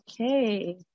okay